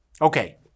Okay